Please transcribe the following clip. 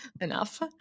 Enough